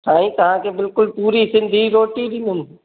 साईं तव्हांखे बिल्कुलु पूरी सिंधी रोटी बि मिलंदी